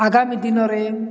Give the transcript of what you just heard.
ଆଗାମୀ ଦିନରେ